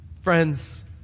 Friends